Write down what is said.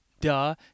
Duh